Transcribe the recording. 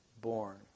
born